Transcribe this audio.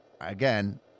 again